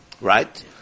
Right